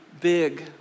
big